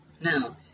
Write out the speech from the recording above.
Now